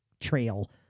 trail